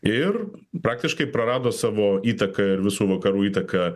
ir praktiškai prarado savo įtaką ir visų vakarų įtaką